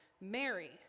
Mary